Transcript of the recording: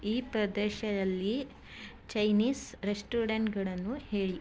ಈ ಪ್ರದೇಶದಲ್ಲಿ ಚೈನೀಸ್ ರೆಸ್ಟೋರೆಂಟ್ಗಳನ್ನು ಹೇಳಿ